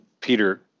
Peter